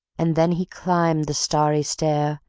and then he climbed the starry stair,